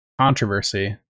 Controversy